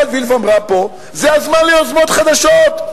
עינת וילף אמרה פה: זה הזמן ליוזמות חדשות.